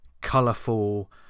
colourful